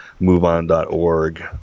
MoveOn.org